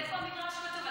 רגע, איפה המדרש כתוב?